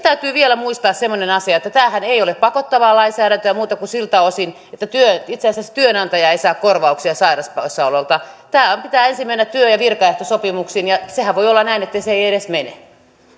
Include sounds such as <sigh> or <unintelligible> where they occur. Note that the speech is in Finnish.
<unintelligible> täytyy vielä muistaa semmoinen asia että tämähän ei ole pakottavaa lainsäädäntöä muuta kuin siltä osin että itse asiassa työnantaja ei saa korvauksia sairauspoissaolosta tämän pitää ensin mennä työ ja virkaehtosopimuksiin ja sehän voi olla näin ettei se edes mene